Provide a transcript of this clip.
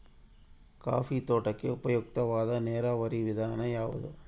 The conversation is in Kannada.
ಕಾಫಿ ತೋಟಕ್ಕೆ ಉಪಯುಕ್ತವಾದ ನೇರಾವರಿ ವಿಧಾನ ಯಾವುದು?